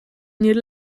gnir